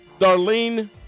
Darlene